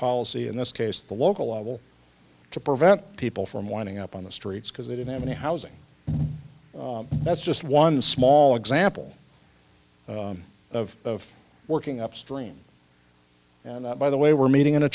policy in this case the local level to prevent people from winding up on the streets because they don't have any housing that's just one small example of working upstream and that by the way we're meeting in a